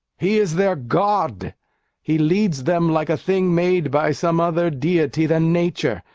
he is their god he leads them like a thing made by some other deity than nature,